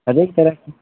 हरेक तरहके